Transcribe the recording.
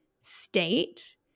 state